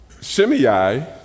Shimei